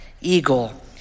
eagle